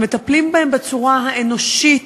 ומטפלים בהם בצורה האנושית,